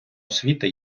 освіти